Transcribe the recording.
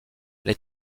les